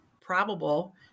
probable